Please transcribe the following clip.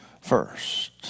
first